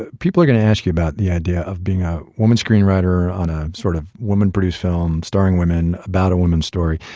ah people are going to ask you about the idea of being a woman screenwriter on a sort of woman-produced film, starring women, about a woman's story.